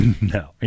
No